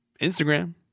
Instagram